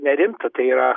nerimta tai yra